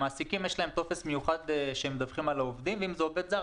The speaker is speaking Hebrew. למעסיקים יש טופס מיוחד שמדווחים על העובדים ואם זה עובד זר,